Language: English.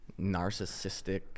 narcissistic